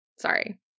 Sorry